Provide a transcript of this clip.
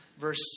verse